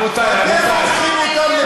אתם הופכים אותם לפרובוקטיביים.